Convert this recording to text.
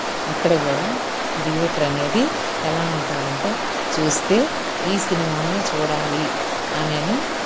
అక్కడ కూడా థియేటర్ అనేది ఎలా ఉంటాయి అంటే చూస్తే ఈ సినిమాలని చూడాలి అని